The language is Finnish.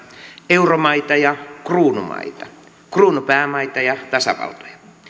euromaita ja kruunumaita kruunupäämaita ja tasavaltoja